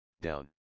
down